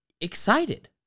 excited